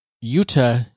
Utah